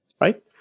right